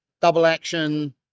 double-action